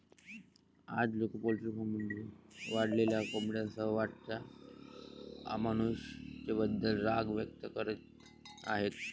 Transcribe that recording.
आज, लोक पोल्ट्रीमध्ये वाढलेल्या कोंबड्यांसह वाढत्या अमानुषतेबद्दल राग व्यक्त करीत आहेत